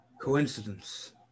Coincidence